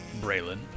Braylon